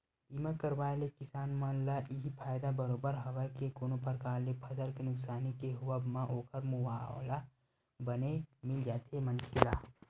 बीमा करवाय ले किसान मन ल इहीं फायदा बरोबर हवय के कोनो परकार ले फसल के नुकसानी के होवब म ओखर मुवाला बने मिल जाथे मनखे ला